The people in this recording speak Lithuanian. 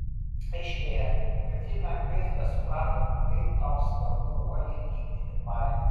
aiškėja kad ji menkai tesuprato kaip tau svarbu uoliai vykdyti pareigas